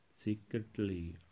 Secretly